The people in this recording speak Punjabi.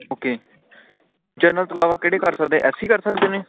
ਓਕੇ ਜਨਰਲ ਤੋਂ ਇਲਾਵਾ ਕਿਹੜੇ ਕਰ ਸਕਦੇ ਐੱਸਸੀ ਕਰ ਸਕਦੇ ਨੇ